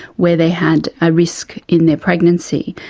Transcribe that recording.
where they had a risk in their pregnancy,